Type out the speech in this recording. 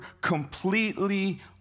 completely